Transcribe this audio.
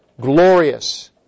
glorious